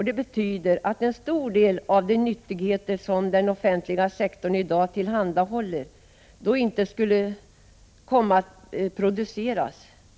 Det betyder att en stor del av de nyttigheter som den offentliga sektorn i dag tillhandahåller då inte alls skulle komma att produceras.